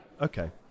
okay